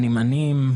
הנמענים.